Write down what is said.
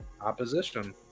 opposition